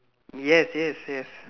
yes yes yes